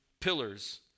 pillars